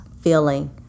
feeling